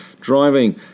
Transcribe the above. driving